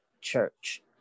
church